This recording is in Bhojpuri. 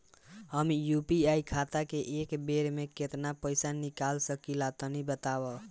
हम यू.पी.आई खाता से एक बेर म केतना पइसा निकाल सकिला तनि बतावा?